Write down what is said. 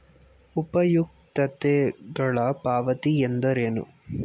ಉಪಯುಕ್ತತೆಗಳ ಪಾವತಿ ಎಂದರೇನು?